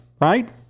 right